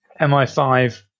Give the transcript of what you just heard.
MI5